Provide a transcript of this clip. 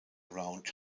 around